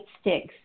sticks